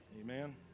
amen